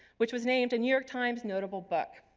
which was named a new york times notable book.